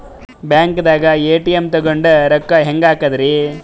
ಬ್ಯಾಂಕ್ದಾಗ ಎ.ಟಿ.ಎಂ ತಗೊಂಡ್ ರೊಕ್ಕ ಹೆಂಗ್ ಹಾಕದ್ರಿ?